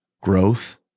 growth